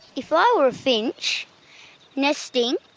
if i were a finch nesting